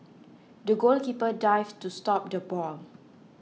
the goalkeeper dived to stop the ball